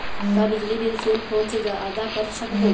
का बिजली bill cell phone से आदा कर सकबो?